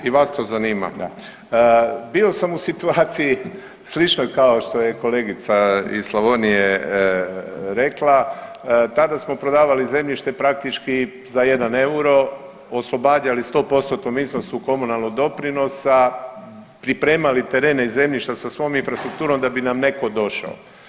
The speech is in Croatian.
I vas to zanima? [[Upadica Radin: Da.]] Bio sam u situaciji sličnoj kao što je kolegica iz Slavonije rekla, tada smo prodavali zemljište praktički za jedan euro, oslobađali u 100%-tnom iznosu komunalnog doprinosa, pripremali terene i zemljišta sa svom infrastrukturom da bi nam neko došao.